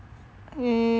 eh